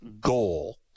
goal